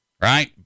right